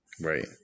right